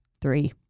three